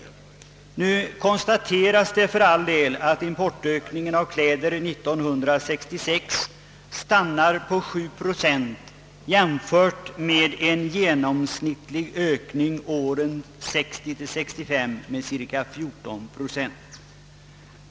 Nu konstateras för all del att importen av kläder år 1966 ökat med bara 7 procent jämfört med en genomsnittlig ökning åren 1960—1965 på cirka 14 procent.